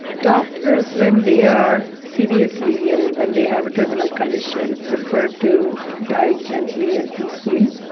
doctors when they are seriously ill, when they have a terminal condition, prefer to die gently and peacefully.